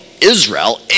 Israel